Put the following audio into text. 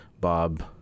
Bob